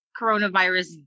coronavirus